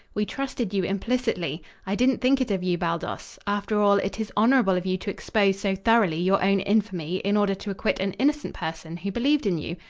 we trusted you implicitly. i didn't think it of you, baldos. after all, it is honorable of you to expose so thoroughly your own infamy in order to acquit an innocent person who believed in you.